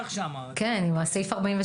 בחשבון הנתון הגיאוגרפי.